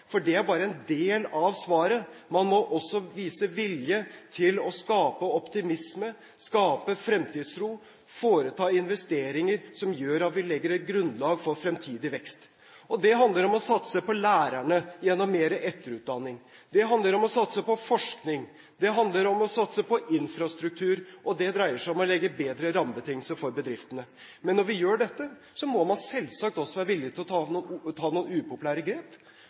for det er bare en del av svaret. Man må også vise vilje til å skape optimisme, skape fremtidstro, foreta investeringer, som gjør at vi legger et grunnlag for fremtidig vekst. Det handler om å satse på lærerne, gjennom mer etterutdanning. Det handler om å satse på forskning. Det handler om å satse på infrastruktur, og det dreier seg om å legge til rette for bedre rammebetingelser for bedriftene. Men når man gjør dette, må man selvsagt også være villig til å ta noen